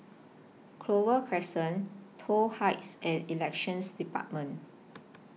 Clover Crescent Toh Heights and Elections department